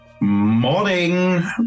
Morning